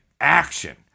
action